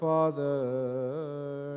Father